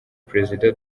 perezida